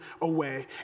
away